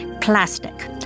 plastic